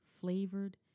flavored